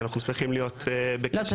אנחנו שמחים להיות בקשר.